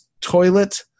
toilet